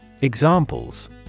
Examples